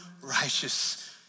righteous